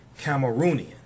Cameroonian